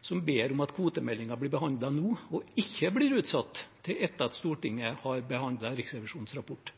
som ber om at kvotemeldingen blir behandlet nå – og at det ikke blir utsatt til etter at Stortinget har behandlet Riksrevisjonens rapport?